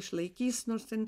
išlaikys nors ten